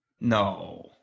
No